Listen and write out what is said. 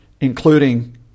including